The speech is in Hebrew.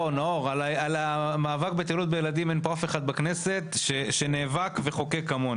לגבי מאבק בהתעללות בילדים אין פה אף אחד בכנסת שנאבק וחוקק כמוני.